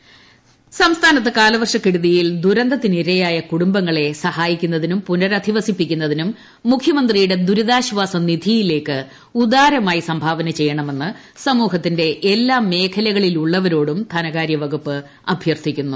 ടടട ദുരിതാശ്വാസ നിധി സംസ്ഥാനത്ത് കാലവർഷക്കെടുതിയിൽ ദുരന്തത്തിനിരയായ കുടുംബങ്ങളെ സഹായിക്കുന്നതിനും പുനരധിവസിപ്പിക്കുന്നതിനും മുഖ്യമന്ത്രിയുടെ ദുരിതാശ്വാസ നിധിയിലേക്ക് ഉദാരമായി സംഭാവന ചെയ്യണമെന്ന് സമൂഹത്തിന്റെ എല്ലാ മേഖലയിലുള്ളവരോടും ധനകാര്യവകുപ്പ് അഭ്യർത്ഥിച്ചു